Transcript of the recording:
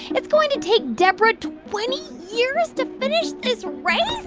it's going to take deborah twenty years to finish this race?